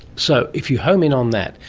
so if you hone in on that,